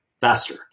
faster